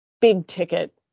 big-ticket